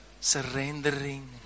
surrendering